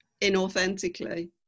inauthentically